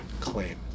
claim